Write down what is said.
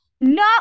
No